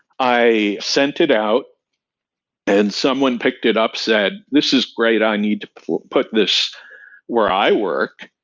i sent it out and someone picked it up, said, this is great. i need to put put this where i work.